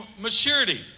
maturity